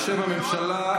בג"ץ לוקח עוד ועוד סמכויות,